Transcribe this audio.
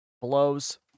blows